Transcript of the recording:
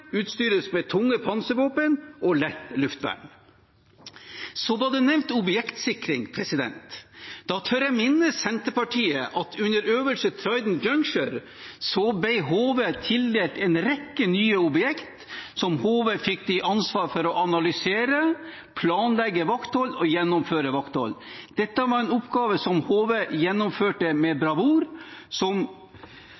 utstyres med tunge panservåpen og lett luftvern. Så ble det nevnt objektsikring. Da tør jeg minne Senterpartiet om at under øvelsen Trident Juncture ble HV tildelt en rekke nye objekt, der HV fikk ansvaret for å analysere, planlegge vakthold og gjennomføre vakthold. Dette var en oppgave som HV gjennomførte med